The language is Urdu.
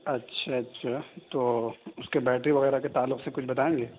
اچھا اچھا تو اس کے بیٹری وغیرہ کے تعلق سے کچھ بتائیں گے